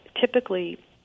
Typically